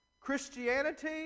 Christianity